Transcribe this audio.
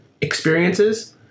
experiences